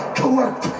collect